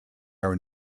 are